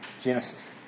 Genesis